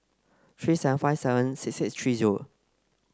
three seven five seven six six three zero